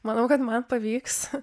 manau kad man pavyks